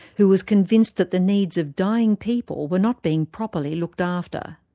who was convinced that the needs of dying people were not being properly looked after.